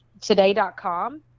today.com